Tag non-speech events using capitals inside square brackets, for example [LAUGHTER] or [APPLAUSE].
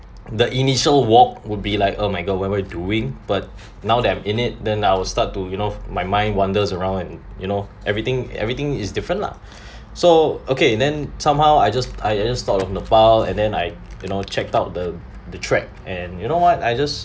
the initial walk would be like oh my god what we're doing but now that I'm in it then I will start to you know my mind wanders around and you know everything everything is different lah [BREATH] so okay then somehow I just I I just thought of nepal and then I you know checked out the the track and you know what I just